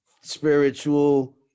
spiritual